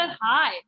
hi